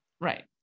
Right